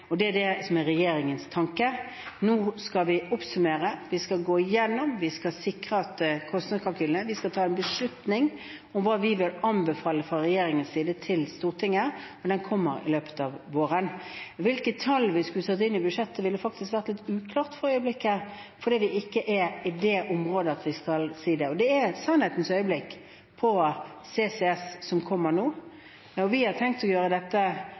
og det er det som er regjeringens tanke. Nå skal vi oppsummere, vi skal gå igjennom, vi skal sikre kostnadskalkylene, vi skal ta en beslutning om hva vi vil anbefale fra regjeringens side til Stortinget. Det kommer i løpet av våren. Hvilke tall vi skulle sette inn i budsjettet, ville faktisk vært litt uklart for øyeblikket, fordi vi ikke er i det området at vi kan si det. Det er sannhetens øyeblikk når det gjelder CCS, som kommer nå, og vi har tenkt å gjøre dette